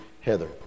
Heather